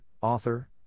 author